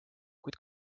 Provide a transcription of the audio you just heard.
kuid